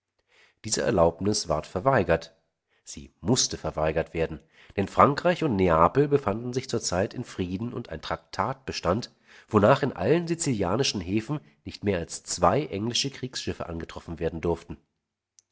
diese erlaubnis ward verweigert sie mußte verweigert werden denn frankreich und neapel befanden sich zur zeit in frieden und ein traktat bestand wonach in allen sizilischen häfen nicht mehr als zwei englische kriegsschiffe angetroffen werden durften